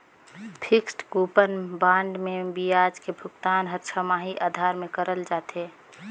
fixed coupon bond मे बियाज के भुगतान हर छमाही आधार में करल जाथे